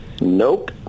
Nope